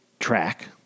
Track